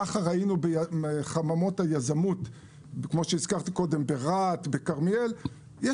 ככה ראינו בחממות היזמות ברהט ובכרמיאל.